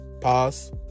Pause